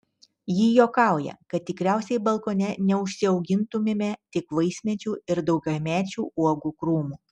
ji juokauja kad tikriausiai balkone neužsiaugintumėme tik vaismedžių ir daugiamečių uogų krūmų